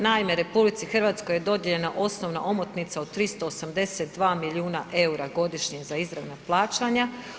Naime, RH-i je dodijeljena osnovna omotnica od 382 milijuna eura godišnje za izravna plaćanja.